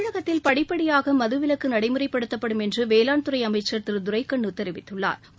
தமிழகத்தில் படிப்படியாக மதுவிலக்கு நடைமுறைப்படுத்தப்படும் என்று வேளாண்துறை அமைச்ச் திரு துரைக்கண்ணு தெரிவித்துள்ளாா்